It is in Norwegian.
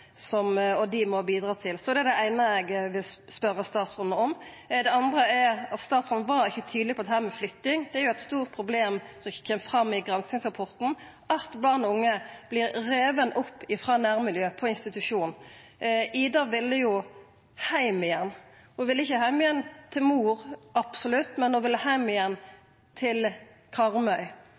dei må bidra til. Så det er det eine eg vil spørja statsråden om. Det andre er: Statsråden var ikkje tydeleg på dette med flytting. Det er eit stort problem, som ikkje kjem fram i granskingsrapporten, at barn og unge vert rivne opp frå nærmiljøet på institusjonen. «Ida» ville heim igjen, ho ville ikkje absolutt heim til mor, men ho ville heim igjen til Karmøy.